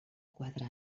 quatre